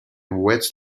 wet